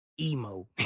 emo